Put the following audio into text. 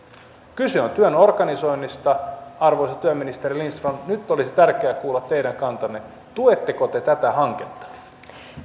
on työn organisoinnista arvoisa työministeri lindström nyt olisi tärkeää kuulla teidän kantanne tuetteko te tätä hanketta